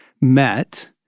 met